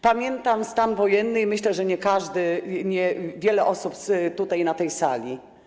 Pamiętam stan wojenny i myślę, że nie każdy... że wiele osób tutaj na tej sali.